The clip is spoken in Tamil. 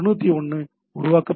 201 உருவாக்கப்பட்டது